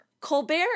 Colbert